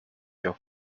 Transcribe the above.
your